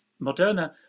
moderna